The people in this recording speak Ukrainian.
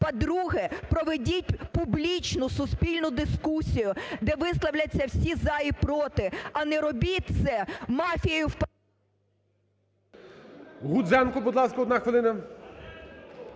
По-друге. Проведіть публічну суспільну дискусію, де виставляться всі "за" і "проти", а не робіть це… ГОЛОВУЮЧИЙ. Гудзенко, будь ласка, одна хвилина.